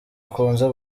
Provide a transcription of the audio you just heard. ukunze